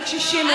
לקשישים,